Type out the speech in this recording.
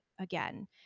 again